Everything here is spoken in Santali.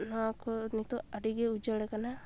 ᱱᱚᱣᱟ ᱠᱚ ᱱᱤᱛᱳᱜ ᱟᱹᱰᱤ ᱜᱮ ᱩᱡᱟᱹᱲ ᱠᱟᱱᱟ